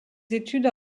études